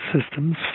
systems